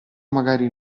magari